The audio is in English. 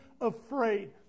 afraid